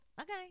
okay